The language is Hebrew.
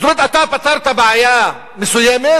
זאת אומרת, פתרת בעיה מסוימת,